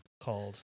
called